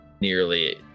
nearly